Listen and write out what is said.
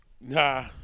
Nah